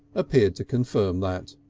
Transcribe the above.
appeared to confirm that.